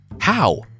How